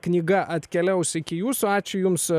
knyga atkeliaus iki jūsų ačiū jums